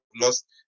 lost